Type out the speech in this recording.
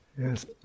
Yes